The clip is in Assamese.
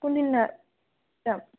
কোনদিনা যাম